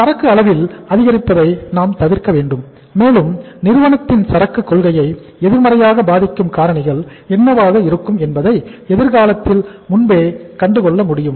சரக்கு அளவில் அதிகரிப்பதை நாம் தவிர்க்க வேண்டும் மேலும் நிறுவனத்தின் சரக்கு கொள்கையை எதிர்மறையாக பாதிக்கும் காரணிகள் என்னவாக இருக்கும் என்பதை எதிர்காலத்தில் முன்பே கண்டுகொள்ள முடியும்